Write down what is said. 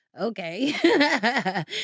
Okay